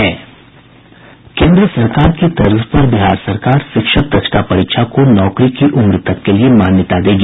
केन्द्र सरकार की तर्ज पर बिहार सरकार शिक्षक दक्षता परीक्षा को नौकरी की उम्र तक के लिए मान्यता देगी